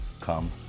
come